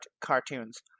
cartoons